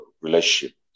relationship